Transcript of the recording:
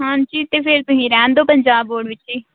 ਹਾਂਜੀ ਤਾਂ ਫਿਰ ਤੁਸੀਂ ਰਹਿਣ ਦਿਉ ਪੰਜਾਬ ਬੋਰਡ ਵਿੱਚ ਹੀ